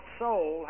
soul